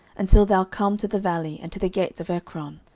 until thou come to the valley, and to the gates of ekron.